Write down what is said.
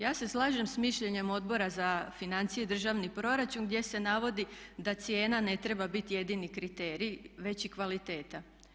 Ja se slažem s mišljenjem Odbora za financije i državni proračun gdje se navodi da cijena ne treba biti jedini kriterij već i kvaliteta.